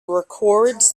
records